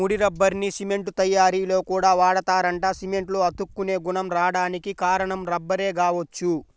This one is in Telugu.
ముడి రబ్బర్ని సిమెంట్ తయ్యారీలో కూడా వాడతారంట, సిమెంట్లో అతుక్కునే గుణం రాడానికి కారణం రబ్బరే గావచ్చు